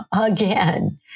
again